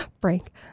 Frank